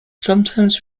sometimes